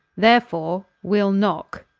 therefore wee'le knock.